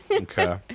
Okay